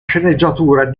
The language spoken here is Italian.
sceneggiatura